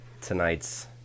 tonight's